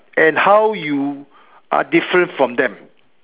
and how you are different from them